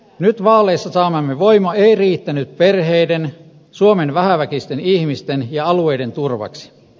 nyt vaaleissa saamamme voima ei riittänyt perheiden suomen vähäväkisten ihmisten ja alueiden turvaksi